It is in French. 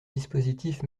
dispositif